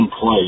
play